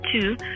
two